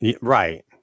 Right